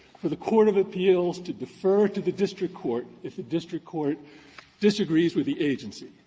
for the court of appeals to defer to the district court if the district court disagrees with the agency.